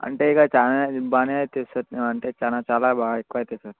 అంటే ఇక చాలా బాగానే అవుతాయి సార్ అంటే చాలా చాలా బాగా ఎక్కువ అవుతయి సార్